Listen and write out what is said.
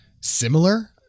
similar